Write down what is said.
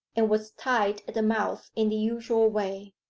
and was tied at the mouth in the usual way.